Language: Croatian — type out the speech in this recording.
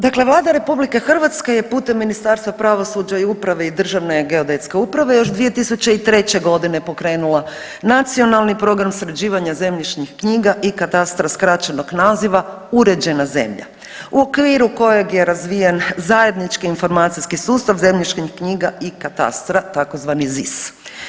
Dakle, Vlada RH je putem Ministarstva pravosuđa i uprave i Državne geodetske uprave još 2003.g. pokrenula Nacionalni program sređivanja zemljišnih knjiga i katastra skraćenog naziva Uređena zemlja u okviru kojeg je razvijen Zajednički informacijski sustav zemljišnih knjiga i katastra, tzv. ZIS.